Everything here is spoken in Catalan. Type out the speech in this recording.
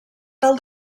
tal